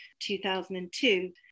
2002